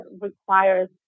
requires